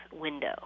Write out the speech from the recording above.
window